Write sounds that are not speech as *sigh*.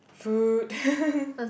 food *laughs*